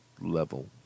level